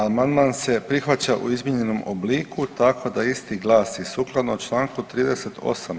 Amandman se prihvaća u izmijenjenom obliku tako da isti glasi: „Sukladno članku 38.